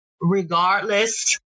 regardless